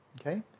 Okay